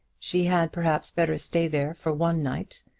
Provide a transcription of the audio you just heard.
she had, perhaps, better stay there for one night,